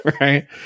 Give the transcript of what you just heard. right